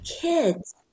kids